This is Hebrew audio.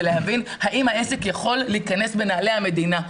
ולהבין האם העסק יכול להיכנס בנעלי המדינה.